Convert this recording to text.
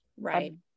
Right